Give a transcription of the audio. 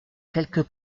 quelques